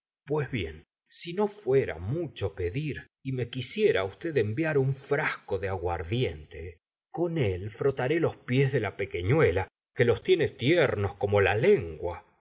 pues bien si no fuera mucho pedir y me quisiera usted enviar un frasco de aguardiente con él frotaré los pies de la pequenuela que los tiene tiernos como la lengua